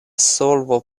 solvo